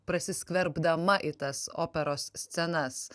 prasiskverbdama į tas operos scenas